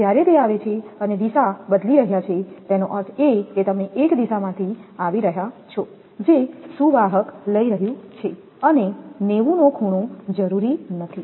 જ્યારે તે આવે છે અને દિશા બદલી રહ્યા છે તેનો અર્થ એ કે તમે એક દિશામાંથી આવી રહ્યા છો જે સુવાહક લઈ રહ્યું છે અને 90 નો ખૂણો જરૂરી નથી